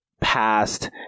past